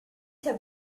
have